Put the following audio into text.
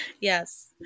yes